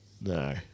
no